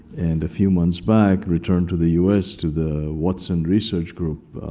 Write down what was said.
and a few months back, returned to the us, to the watson research group